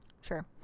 Sure